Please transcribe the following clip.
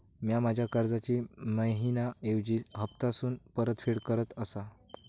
म्या माझ्या कर्जाची मैहिना ऐवजी हप्तासून परतफेड करत आसा